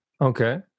Okay